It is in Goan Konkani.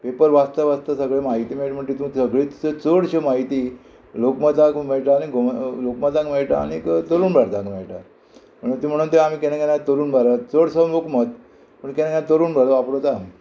पेपर वाचता वाचता सगळे म्हायती मेळटा म्हण तितून सगळे चडशी म्हायती लोकमतांत मेळटा आनी गोमं लोकमतांत मेळटा आनीक तरूण भारतांत मेळटा ती म्हणून ते आमी केन्ना केन्ना तरूण भारत चडसो लोकमत पूण केन्ना केन्ना तरूण भारत वापरता